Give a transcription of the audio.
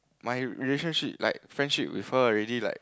my relationship like friendship with her already like